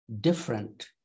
different